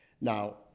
Now